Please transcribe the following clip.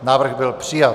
Návrh byl přijat.